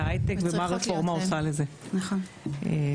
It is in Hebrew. והיי-טק ומה הרפורמה עושה לזה מאוד חשוב.